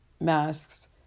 masks